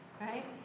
right